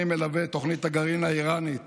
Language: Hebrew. אני מלווה את תוכנית הגרעין האיראנית